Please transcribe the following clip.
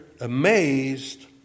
amazed